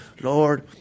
Lord